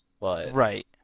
Right